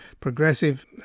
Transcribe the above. progressive